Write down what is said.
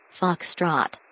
Foxtrot